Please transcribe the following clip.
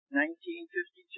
1952